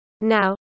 Now